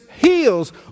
heals